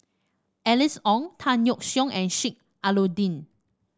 Alice Ong Tan Yeok Seong and Sheik Alau'ddin